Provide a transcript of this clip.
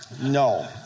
No